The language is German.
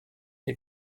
der